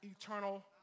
Eternal